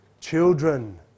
Children